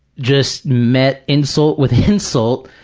just met insult with insult.